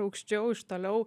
aukščiau iš toliau